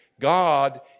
God